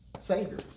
savior